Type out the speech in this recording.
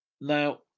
now